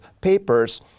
papers